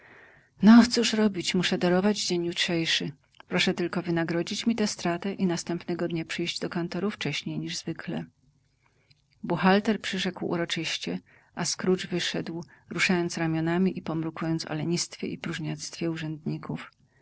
no cóż robić muszę darować dzień jutrzejszy proszę tylko wynagrodzić mi tę stratę i następnego dnia przyjść do kantoru wcześniej niż zwykle buchalter przyrzekł uroczyście a scrooge wyszedł ruszając ramionami i pomrukując o lenistwie i próżniactwie urzędników